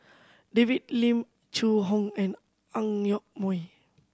David Lim Zhu Hong and Ang Yoke Mooi